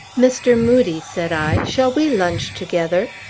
mr. moodie, said i, shall we lunch together?